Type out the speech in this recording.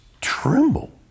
tremble